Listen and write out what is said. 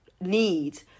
need